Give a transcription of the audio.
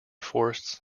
forests